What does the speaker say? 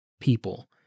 people